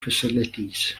facilities